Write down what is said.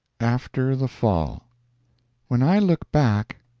after the fall when i look back,